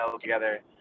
together